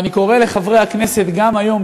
אני קורא לחברי הכנסת גם היום,